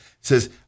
says